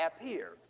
appears